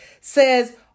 says